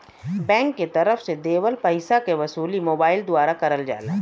bank के तरफ से देवल पइसा के वसूली मोबाइल द्वारा करल जाला